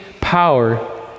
power